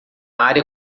área